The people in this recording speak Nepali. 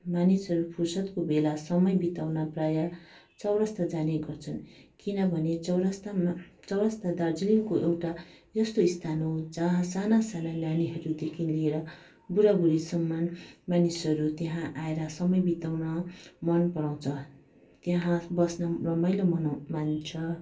मानिसहरू फुर्सदको बेला समय बिताउन प्रायः चौरस्ता जाने गर्छन् किनभने चौरस्तामा चौरस्ता दार्जिलिङको एउटा यस्तो स्थान हो जहाँ साना साना नानीहरूदेखिन लिएर बुढाबुढीसम्म मानिसहरू त्यहाँ आएर समय बिताउन मन पराउँछ त्यहाँ बस्न रमाइलो मनाउँ मान्छ